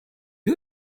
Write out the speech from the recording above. you